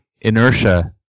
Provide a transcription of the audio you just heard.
inertia